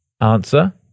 Answer